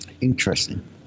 Interesting